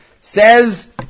says